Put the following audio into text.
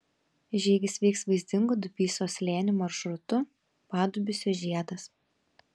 žygis vyks vaizdingu dubysos slėniu maršrutu padubysio žiedas